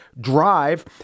drive